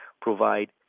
provide